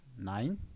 nine